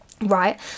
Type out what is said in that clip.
right